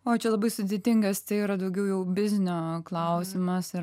o čia labai sudėtingas tai yra daugiau biznio klausimas ir